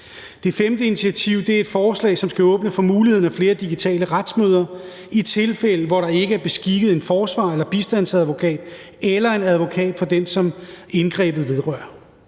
Det femte initiativ er et forslag, som skal åbne for mulighed for flere digitale retsmøder i tilfælde, hvor der ikke er beskikket en forsvarer eller bistandsadvokat eller en advokatfor den, som indgrebet vedrører.